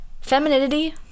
femininity